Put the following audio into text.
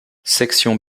section